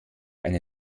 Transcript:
eine